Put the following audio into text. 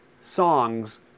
songs